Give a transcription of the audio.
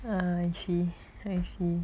I see I see